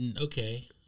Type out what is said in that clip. Okay